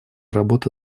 работы